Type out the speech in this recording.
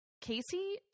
casey